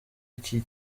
iki